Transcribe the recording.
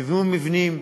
נבנו מבנים,